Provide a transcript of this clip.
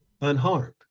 unharmed